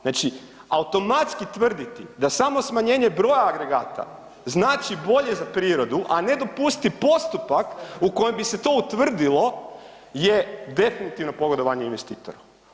Znači automatski tvrditi da samo smanjenje broja agregata znači bolje za prirodu, a ne dopustiti postupak u kojem bi se to utvrdilo je definitivno pogodovanje investitoru.